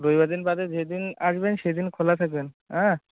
রবিবার দিন বাদে যেদিন আসবেন সেদিন খোলা থাকবেন হ্যাঁ